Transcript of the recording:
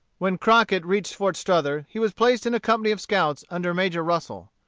when crockett reached fort strother he was placed in a company of scouts under major russel.